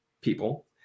people